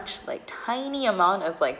like tiny amount of like